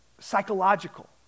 psychological